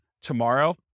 tomorrow